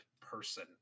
person